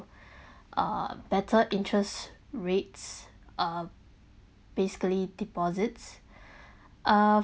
uh better interest rates um basically deposits uh